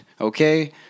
Okay